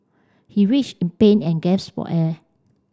he in pain and gasped for air